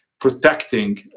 protecting